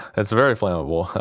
that's very flammable.